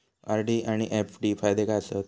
RD आनि FD फायदे काय आसात?